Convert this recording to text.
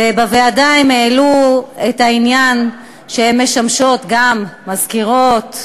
ובוועדה הן העלו את העניין שהן משמשות גם מזכירות,